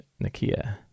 Nakia